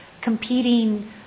competing